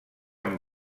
amb